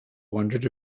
wondered